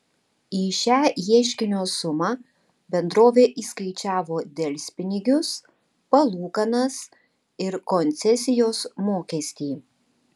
į šią ieškinio sumą bendrovė įskaičiavo delspinigius palūkanas ir koncesijos mokestį